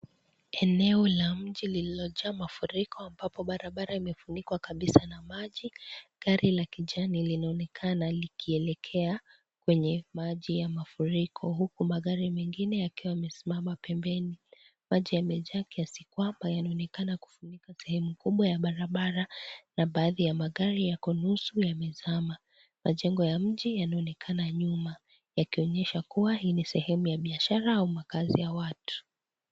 Eneo la mji lililojaa mafuriko ambayo barabara imefunikwa kabisa na maji. Gari lakijani linaonekana likielekea kwenye maji ya mafuriko huku magari mengine yakiwa yamesimama pembeni. Maji yamejaa kiasi kwamba yanaonekana kufunika sehemu kubwa ya barabara na magari yako nusu yamezama. Majengo ya mji yanaonekana nyuma yakionyesha kuwa hii ni sehemu ya biashara au makazi ya watu.